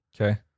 Okay